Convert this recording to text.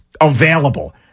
available